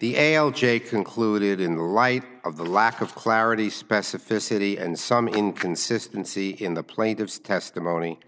the a l j concluded in light of the lack of clarity specificity and some inconsistency in the plaintiff's testimony